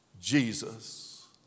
Jesus